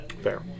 Fair